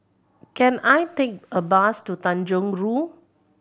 can I take a bus to Tanjong Rhu